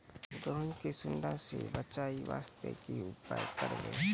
गहूम के सुंडा से बचाई वास्ते की उपाय करबै?